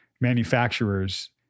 manufacturers